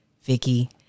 vicky